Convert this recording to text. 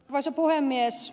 arvoisa puhemies